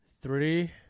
Three